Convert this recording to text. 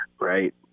right